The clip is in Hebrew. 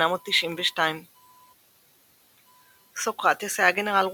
1875–1892. סוקרטס היה גנרל רוסי,